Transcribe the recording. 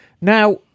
Now